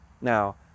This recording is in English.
Now